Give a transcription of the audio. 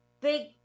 big